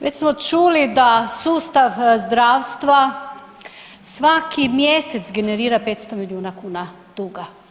Već smo čuli da sustav zdravstva svaki mjesec generira 500 milijuna kuna duga.